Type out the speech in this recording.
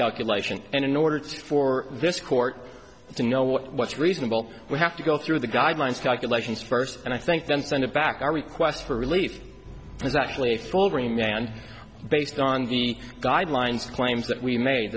calculation and in order to for this court to know what's reasonable we have to go through the guidelines calculations first and i think then send it back our request for relief exactly for every man based on the guidelines claims that we made